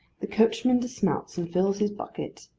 the coachman dismounts and fills his bucket,